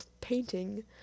painting